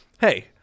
Hey